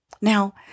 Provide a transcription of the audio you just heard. Now